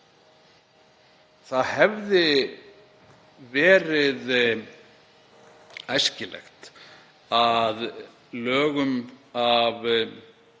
Það hefði verið æskilegt að lögum af